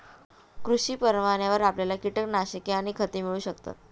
कृषी परवान्यावर आपल्याला कीटकनाशके आणि खते मिळू शकतात